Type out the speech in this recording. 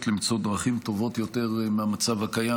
למצוא דרכים טובות יותר מהמצב הקיים,